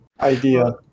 idea